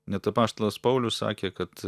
net apaštalas paulius sakė kad